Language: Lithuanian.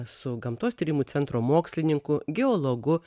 su gamtos tyrimų centro mokslininku geologu